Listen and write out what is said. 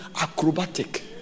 acrobatic